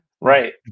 Right